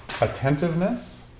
attentiveness